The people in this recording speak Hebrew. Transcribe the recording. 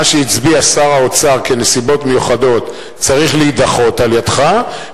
מה שהצביע עליו שר האוצר כנסיבות מיוחדות צריך להידחות על-ידך,